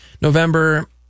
November